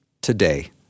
today